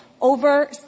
over